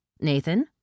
Nathan